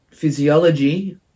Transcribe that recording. physiology